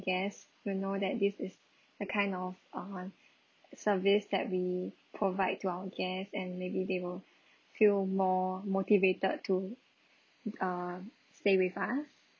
guest will know that this is the kind of on services that we provide to our guests and maybe they will feel more motivated to um stay with us